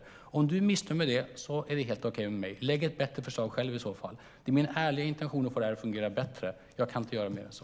Misstror du mig, Patrik Björck, är det helt okej. Lägg i så fall fram ett bättre förslag själv. Min ärliga intention är att få detta att fungera bättre. Jag kan inte göra mer än så.